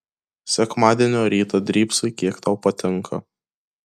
sekmadienio rytą drybsai kiek tau patinka